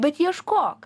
bet ieškok